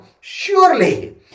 surely